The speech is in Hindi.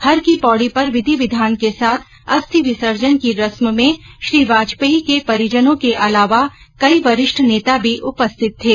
हर की पौढ़ी पर विधि विधान के साथ अस्थि विसर्जन की रस्म में श्री वाजपेयी के परिजनों के अलावा कई वरिष्ठ नेता भी उपस्थित थे